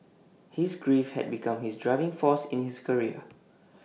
his grief had become his driving force in his career